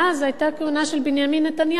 זו היתה הכהונה של בנימין נתניהו,